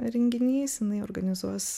renginys jinai organizuos